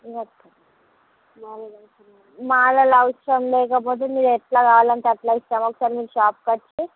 మాలలు అవసరం లేకపోతే మీరు ఎలా కావాలంటే అలా ఇస్తాము ఒకసారి మీరు షాప్కి వచ్చి